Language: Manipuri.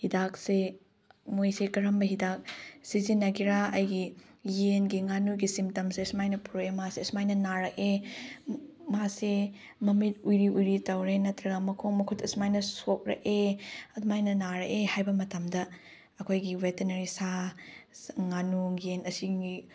ꯍꯤꯗꯥꯛꯁꯦ ꯃꯈꯣꯏꯁꯦ ꯀꯔꯝꯕ ꯍꯤꯗꯥꯛ ꯁꯤꯖꯤꯟꯅꯒꯦꯔꯥ ꯑꯩꯒꯤ ꯌꯦꯟꯒꯤ ꯉꯥꯅꯨꯒꯤ ꯁꯤꯝꯇꯝꯁꯦ ꯑꯁꯨꯃꯥꯏꯅ ꯄꯨꯔꯛꯑꯦ ꯃꯥꯁꯦ ꯑꯁꯨꯃꯥꯏꯅ ꯅꯥꯔꯛꯑꯦ ꯃꯥꯁꯦ ꯃꯃꯤꯠ ꯎꯏꯔꯤ ꯎꯏꯔꯤ ꯇꯧꯔꯦ ꯅꯠꯇ꯭ꯔꯒ ꯃꯈꯣꯡ ꯃꯈꯨꯠ ꯑꯁꯨꯃꯥꯏꯅ ꯁꯣꯛꯂꯛꯑꯦ ꯑꯗꯨꯃꯥꯏꯅ ꯅꯥꯔꯛꯑꯦ ꯍꯥꯏꯕ ꯃꯇꯝꯗ ꯑꯩꯈꯣꯏꯒꯤ ꯕꯦꯇꯅꯔꯤ ꯁꯥ ꯉꯥꯅꯨ ꯌꯦꯟ ꯑꯁꯤꯒꯤ